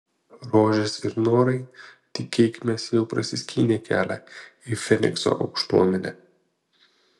rožės ir norai tikėkimės jau prasiskynė kelią į fenikso aukštuomenę